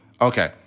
Okay